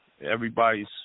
everybody's